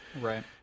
right